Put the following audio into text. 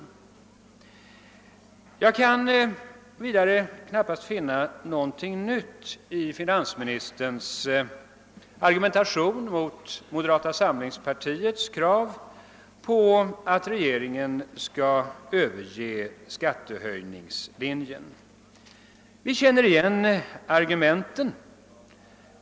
Jag kan vidare knappast finna någonting nytt i finansministerns argumentation mot moderata samlingspartiets krav på att regeringen skall överge skattehöjningslinjen. Vi känner igen argumenten.